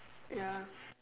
ya